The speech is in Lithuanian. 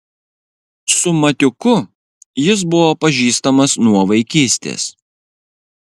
su matiuku jis buvo pažįstamas nuo vaikystės